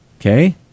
Okay